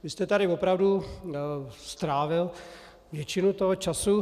Vy jste tady opravdu strávil většinu toho času.